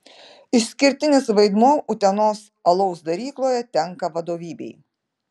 išskirtinis vaidmuo utenos alaus darykloje tenka vadovybei